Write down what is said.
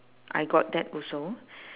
I got that also